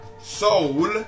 soul